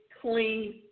clean